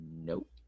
nope